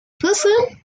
person